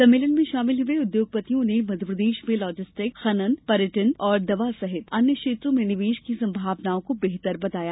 सम्मेलन में शामिल हए उद्योगपतियों ने मध्यप्रदेश में लाजिस्टिक खनन पर्यटन और दवा सहित अन्य क्षेत्रों में निवेश की संभावनाओं को बेहतर बताया